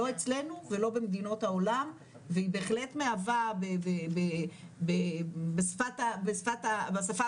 לא אצלנו ולא במדינות העולם והיא בהחלט מהווה בשפה הבינלאומית,